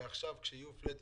ועכשיו כשיהיו קיצוץ פלט?